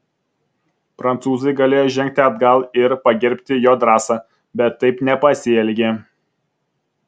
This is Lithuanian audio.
prancūzai galėjo žengti atgal ir pagerbti jo drąsą bet taip nepasielgė